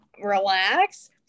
relax